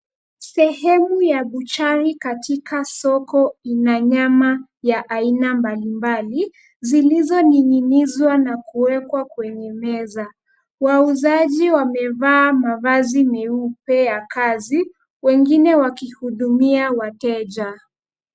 Sehemu ya buchari katika soko, ina nyama ya aina mbalimbali, zilizoning'inizwa na kuwekwa kwenye meza. Wauzaji wamevaa mavazi meupe ya kazi, wengine wakihudumia wateja.